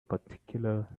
particular